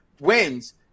wins